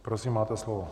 Prosím, máte slovo.